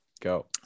Go